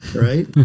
right